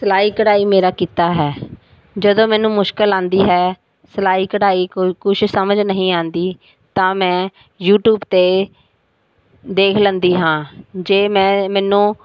ਸਿਲਾਈ ਕਢਾਈ ਮੇਰਾ ਕਿੱਤਾ ਹੈ ਜਦੋਂ ਮੈਨੂੰ ਮੁਸ਼ਕਿਲ ਆਉਂਦੀ ਹੈ ਸਿਲਾਈ ਕਢਾਈ ਕੁ ਕੁਛ ਸਮਝ ਨਹੀਂ ਆਉਂਦੀ ਤਾਂ ਮੈਂ ਯੂਟਿਊਬ 'ਤੇ ਦੇਖ ਲੈਂਦੀ ਹਾਂ ਜੇ ਮੈਂ ਮੈਨੂੰ